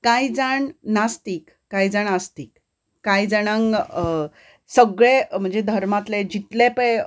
कांय जाण नास्तीक कांय जाण आस्तीक कांय जाणांक सगळें म्हणजे धर्मांतलें जितलें पळय